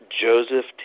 Joseph